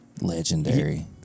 Legendary